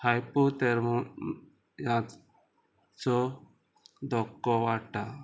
हायपोतेर्मोचो हाचो धोक्को वाडटा